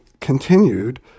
continued